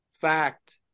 fact